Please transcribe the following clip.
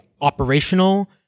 operational